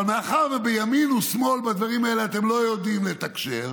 אבל מאחר שבימין ושמאל בדברים האלה אתם לא יודעים לתקשר,